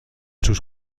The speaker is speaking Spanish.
sus